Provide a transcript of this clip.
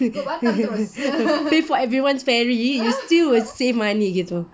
pay for everyone's ferries still will save money gitu